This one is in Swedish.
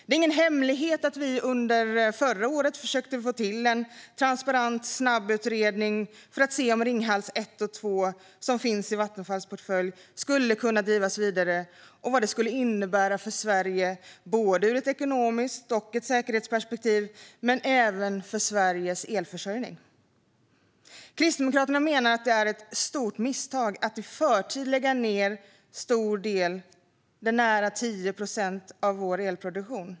Det är ingen hemlighet att vi under förra året försökte få till en transparent snabbutredning för att se om Ringhals 1 och 2, som finns i Vattenfalls portfölj, skulle kunna drivas vidare och vad det skulle innebära för Sverige både ur ekonomiskt perspektiv och ur säkerhetsperspektiv, men även vad det skulle betyda för Sveriges elförsörjning. Kristdemokraterna menar att det är ett stort misstag att i förtid lägga ned en stor del, nära 10 procent, av vår elproduktion.